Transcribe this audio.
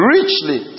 Richly